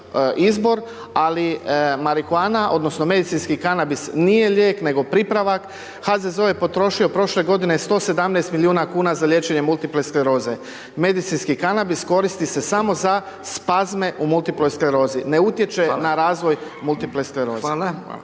ali marihuana odnosno medicinski kanabis nije lijek, nego pripravak. HZZO je potrošio prošle godine 117 milijuna kuna za liječenje multiple skleroze. Medicinski kanabis koristi se samo za spazme u multiploj sklerozi, ne utječe…/Upadica: Hvala/… na razvoj multiple skleroze. Hvala.